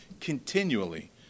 continually